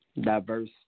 diverse